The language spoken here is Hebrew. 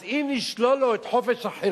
אז אם נשלול לו את חופש החירות,